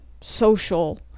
social